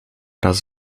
raz